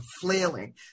flailing